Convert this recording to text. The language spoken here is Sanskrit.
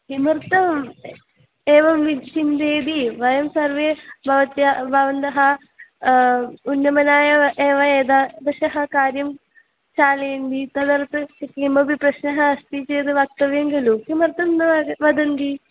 किमर्थम् एवं विचिन्तयति वयं सर्वे भवत्या भवन्तः उन्नमनाय एव यदा दशः कार्यं चालयन्ति तदर्थं किमपि प्रश्नः अस्ति चेद् वक्तव्यं खलु किमर्थं न वदन्ति